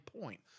point